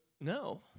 No